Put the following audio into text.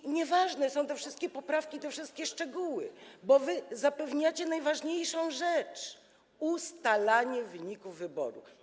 I nieważne są te wszystkie poprawki, te wszystkie szczegóły, bo wy zapewniacie najważniejszą rzecz: ustalanie wyników wyborów.